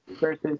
versus